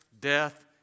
death